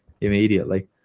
immediately